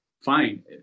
Fine